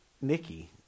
Nikki